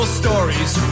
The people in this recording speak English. stories